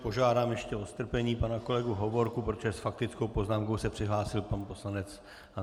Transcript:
Požádám ještě o strpení pana kolegu Hovorku, protože s faktickou poznámkou se přihlásil pan poslanec Antonín Seďa.